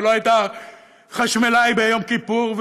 ולא היה חשמלאי ביום כיפור,